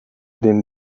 den